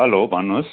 hello भन्नुहोस्